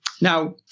Now